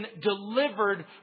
delivered